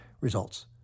Results